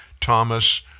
Thomas